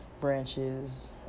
branches